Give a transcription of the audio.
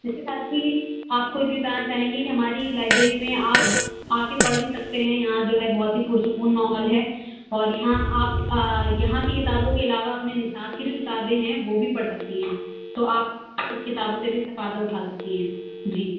اِس کے ساتھ ہی آپ کو یہ بھی بتانا چاہیں گے کہ ہماری لائبریری میں آپ آکے پڑھ بھی سکتے ہیں یہاں جو ہے بہت ہی پُرسکون ماحول ہے اور یہاں آپ یہاں کی کتابوں کے علاوہ اپنی نصاب کی جو کتابیں ہیں وہ بھی پڑھ سکتی ہیں تو آپ کچھ کتابوں سے بھی استفادہ اٹھا سکتی ہیں جی